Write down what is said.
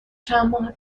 چندماه